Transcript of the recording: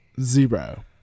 Zero